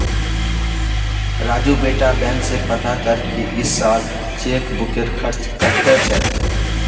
राजू बेटा बैंक स पता कर की इस साल चेकबुकेर खर्च कत्ते छेक